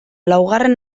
laugarren